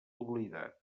oblidat